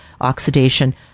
oxidation